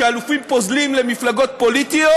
שאלופים פוזלים למפלגות פוליטיות,